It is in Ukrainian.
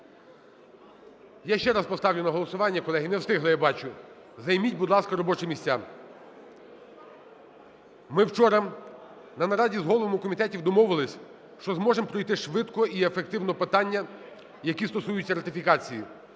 Я ще раз поставлю на голосування, колеги. Не встигли, я бачу. Займіть, будь ласка, робочі місця. Ми вчора на нараді з головами комітетів домовились, що зможемо пройти швидко і ефективно питання, які стосуються ратифікації.